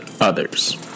others